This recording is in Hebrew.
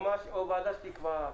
תנסחו את זה, או ועדה שתקבע הכנסת.